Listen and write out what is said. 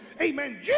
amen